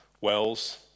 Wells